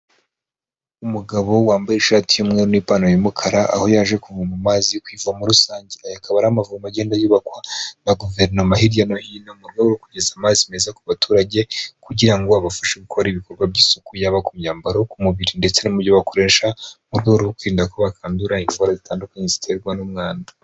Umugabo wambaye ishati y'umweru n’ipantaro y'umukara aho yaje kuvoma amazi kw’ivomo rusange akaba ari amavomo agenda yubakwa na guverinoma hirya no hino, mu rwego rwo kugeza amazi meza ku baturage kugira ngo babafashe gukora ibikorwa by'isuku yaba ku myambaro, ku mubiri ndetse n'uburyo bakoresha, mu rwego rwo kwirinda ko bakandura indwara zitandukanye ziterwa n'umwanda.